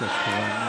די לספר שקרים.